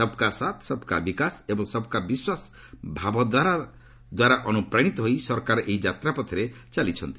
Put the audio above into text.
ସବ୍ କା ସାଥ୍ ସବ୍ କା ବିକାଶ ଏବଂ ସବ୍ କା ବିଶ୍ୱାସ ଭାବଧାରା ଦ୍ୱାରା ଅନୁପ୍ରାଣୀତ ହୋଇ ସରକାର ଏହି ଯାତ୍ରାପଥରେ ଚାଲିଛନ୍ତି